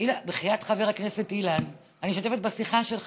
בחייאת, חבר הכנסת אילן, אני משתתפת בשיחה שלך.